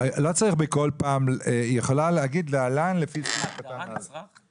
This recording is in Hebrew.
לא צריך לומר זאת כל פעם אלא אפשר לומר ראה סעיף קטן (א).